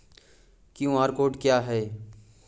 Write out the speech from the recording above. QR code क्या है?